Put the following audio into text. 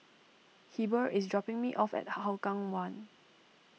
Heber is dropping me off at Hougang one